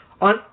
on